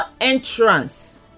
entrance